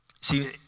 See